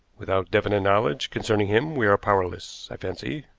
without definite knowledge concerning him we are powerless, i fancy.